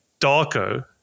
Darko